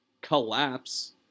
collapse